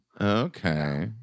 okay